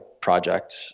project